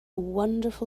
wonderful